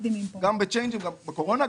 גם בקורונה.